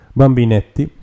bambinetti